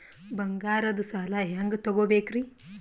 ಬಂಗಾರದ್ ಸಾಲ ಹೆಂಗ್ ತಗೊಬೇಕ್ರಿ?